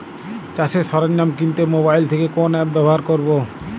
চাষের সরঞ্জাম কিনতে মোবাইল থেকে কোন অ্যাপ ব্যাবহার করব?